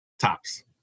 tops